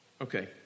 Okay